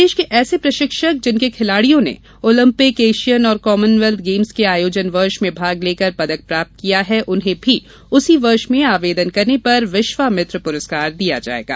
प्रदेश में ऐसे प्रशिक्षक जिनके खिलाडियों ने ओलंपिक एशियन और कामनवेल्थ गेम्स के आयोजन वर्ष में भाग लेकर पदक प्राप्त किया है उन्हें भी उसी वर्ष में आवेदन करने पर विश्वामित्र पुरस्कार दिया जायेगा